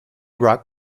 rock